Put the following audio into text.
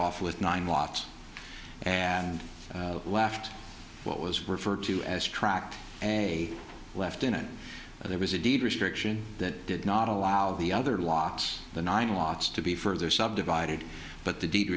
off with nine watts and left what was referred to as tract a left in it there was a deed restriction that did not allow the other locks the nine lots to be further subdivided but the deed